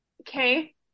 Okay